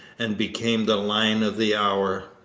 and became the lion of the hour.